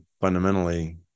fundamentally